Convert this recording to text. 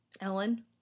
Ellen